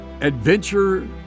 adventure